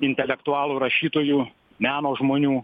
intelektualų rašytojų meno žmonių